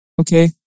Okay